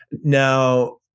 Now